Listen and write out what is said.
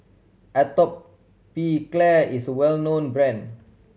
Atopiclair is well known brand